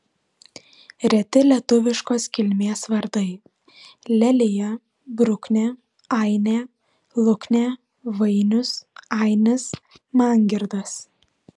reti lietuviškos kilmės vardai lelija bruknė ainė luknė vainius ainis mangirdas